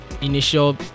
initial